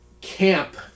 camp